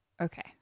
okay